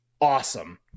awesome